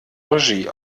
regie